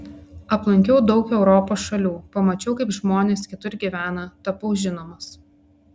aplankiau daug europos šalių pamačiau kaip žmonės kitur gyvena tapau žinomas